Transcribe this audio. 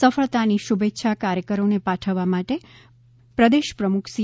સફળતા ની શુભેચ્છા કાર્યકરો ને પાઠવવા માટે પ્રદેશ પ્રમુખ સી